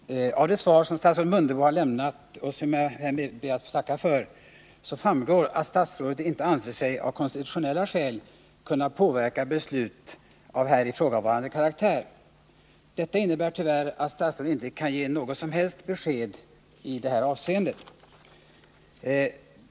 Herr talman! Av det svar som statsrådet Mundebo har lämnat — och som jag härmed tackar för — framgår det att statsrådet anser sig av konstitutionella skäl inte kunna påverka beslut av här ifrågavarande karaktär. Detta innebär tyvärr att statsrådet inte kan ge något som helst besked i det här avseendet.